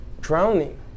drowning